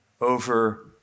over